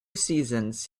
seasons